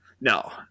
No